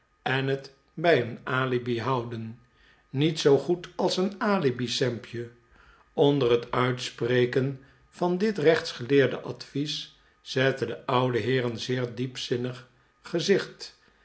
en het bij een alibi houdeh niets zoo goed als een alibi sampje onder het uitspreken van dit rechtsgeleerde advies zette de oude heer een zeer diepzinnig ge